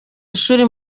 ishuri